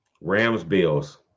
Rams-Bills